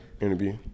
interview